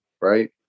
Right